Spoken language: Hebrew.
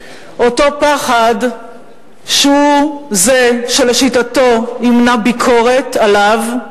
אותו פחד שהוא שלשיטתו ימנע ביקורת עליו.